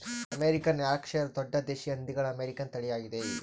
American Yorkshire ದೊಡ್ಡ ದೇಶೀಯ ಹಂದಿಗಳ ಅಮೇರಿಕನ್ ತಳಿಯಾಗಿದೆ